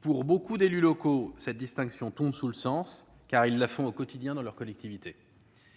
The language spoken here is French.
Pour beaucoup d'élus locaux, cette distinction tombe sous le sens, car ils la font au quotidien dans leur collectivité.